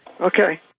Okay